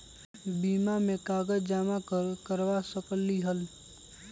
बीमा में कागज जमाकर करवा सकलीहल?